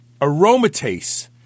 aromatase